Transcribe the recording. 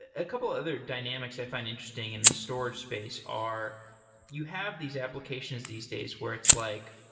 a couple other dynamics i find interesting in the storage space are you have these applications these days where it's like,